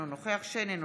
אינו נוכח יוסף שיין,